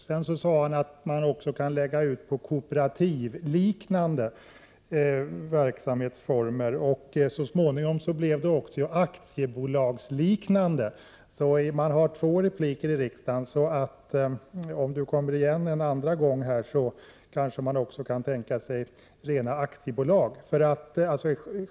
Sedan sade han att man också kan lägga ut den på ”kooperativliknande” verksamhetsformer, och så småningom blev det också ”aktiebolagsliknande” verksamhetsformer. Man har ju två repliker i riksdagen, så om Claes Roxbergh kommer igen en andra gång kanske man också kan tänka sig rena aktiebolag.